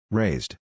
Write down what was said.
raised